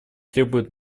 требуют